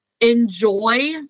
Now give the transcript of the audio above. enjoy